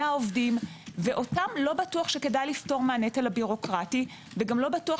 עובדים ואותן לא בטוח שכדאי לפטור מהנטל הבירוקרטי וגם לא בוטח